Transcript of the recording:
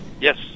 yes